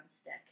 stick